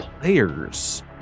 players